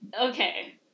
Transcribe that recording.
Okay